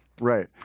Right